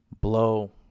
Blow